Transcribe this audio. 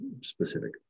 specific